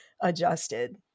adjusted